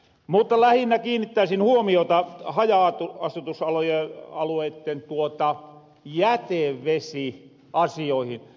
mutta lähinnä kiinnittäisin huomiota haja asutusalueitten jätevesiasioihin